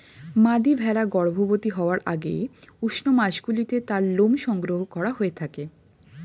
মাদী ভেড়া গর্ভবতী হওয়ার আগে উষ্ণ মাসগুলিতে তার লোম সংগ্রহ করা হয়ে থাকে